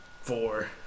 four